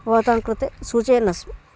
भवतां कृते सूचयन् अस्मि